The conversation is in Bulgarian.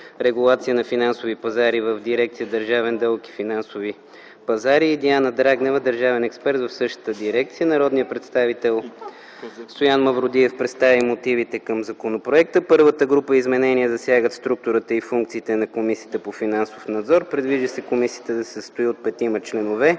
„Регулация на финансовите пазари” в дирекция „Държавен дълг и финансови пазари”, и Диана Драгнева – държавен експерт в дирекция „Държавно юрисконсултство”. Народният представител Стоян Мавродиев представи мотивите към законопроекта. Първата група изменения засягат структурата и функциите на Комисията за финансов надзор. Предвижда се комисията да се състои от 5-ма членове,